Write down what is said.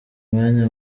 mwanya